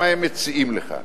מה הם מציעים לך: